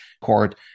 court